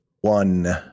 one